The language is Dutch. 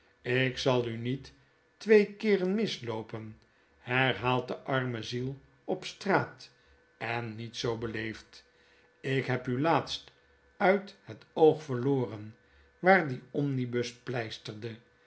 lk zal u niet twee keeren misloopen i herhaalt de arme ziel op straat en niet zoo beleefd ik heb u laatst uit het oog verloren waar die omnibus pleisterde